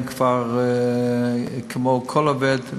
הם כבר כמו כל עובד,